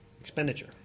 expenditure